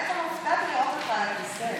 האמת, הופתעתי לראות אותך על הכיסא.